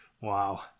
Wow